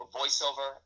voiceover